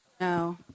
No